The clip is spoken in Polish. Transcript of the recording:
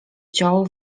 ciął